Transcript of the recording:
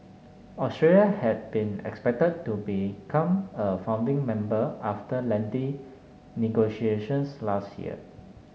Australia had been expected to become a founding member after lengthy negotiations last year